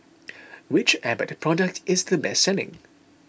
which Abbott product is the best selling